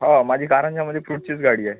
हा माझी कारंजामध्ये फ्रूटचीच गाडी आहे